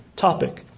topic